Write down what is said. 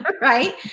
right